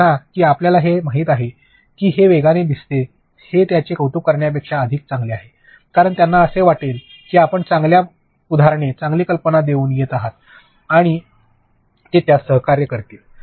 आणि म्हणा की आपल्याला हे माहित आहे की हे वेगाने दिसते ते त्यांचे कौतुक करण्यापेक्षा अधिक चांगले आहेत कारण त्यांना असे वाटते की आपण चांगल्या उदाहरणे चांगल्या कल्पना घेऊन येत आहात आणि ते त्यास सहकार्य करतील